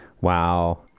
wow